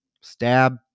stab